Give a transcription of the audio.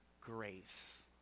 grace